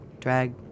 Drag